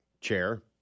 chair